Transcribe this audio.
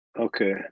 Okay